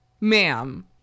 ma'am